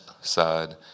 side